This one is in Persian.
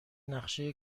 نقشه